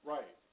Right